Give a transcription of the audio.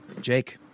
Jake